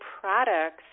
products